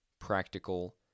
practical